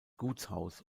gutshaus